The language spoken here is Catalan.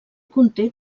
conté